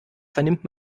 vernimmt